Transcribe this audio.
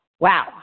Wow